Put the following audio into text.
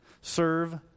Serve